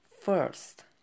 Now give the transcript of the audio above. First